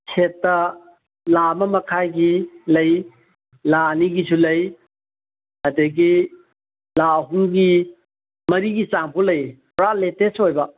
ꯁꯦꯠꯇ ꯂꯥꯛ ꯑꯃ ꯃꯈꯥꯏꯒꯤ ꯂꯩ ꯂꯥꯛ ꯑꯅꯤꯒꯤꯁꯨ ꯂꯩ ꯑꯗꯒꯤ ꯂꯥꯛ ꯑꯍꯨꯝꯒꯤ ꯃꯔꯤꯒꯤ ꯆꯥꯡꯐꯥꯎ ꯂꯩ ꯄꯨꯔꯥ ꯂꯦꯇꯦꯁ ꯑꯣꯏꯕ